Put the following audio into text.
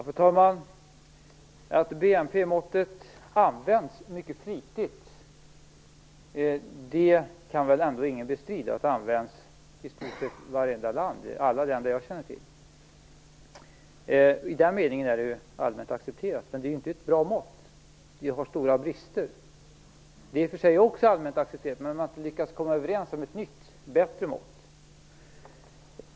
Fru talman! Att BNP-måttet används mycket flitigt kan väl ändå ingen bestrida. Det används i stort sett i vartenda land, i alla fall i alla länder som jag känner till. I den meningen är det allmänt accepterat, men det är inte ett bra mått, utan det har stora brister. Att det har stora brister är i och för sig också allmänt accepterat, men man har inte lyckats komma överens om ett nytt, bättre mått.